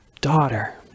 daughter